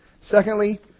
Secondly